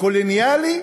קולוניאלי